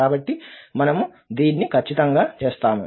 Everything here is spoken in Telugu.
కాబట్టి మనము దీన్ని ఖచ్చితంగా చేస్తాము